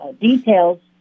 details